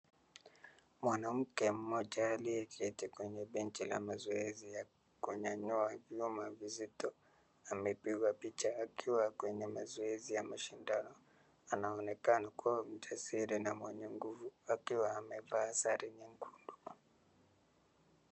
Mwanamke mmoja aliyeketi kwenye benchi la mazoezi ya kunyanyua vyuma vizito, amepigwa picha akiwa kwenye mazoezi ya mashindano. Anaonekana kuwa mjasiri na mwenye nguvu, akiwa amevaa sare nyekundu.